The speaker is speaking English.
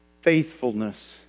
Faithfulness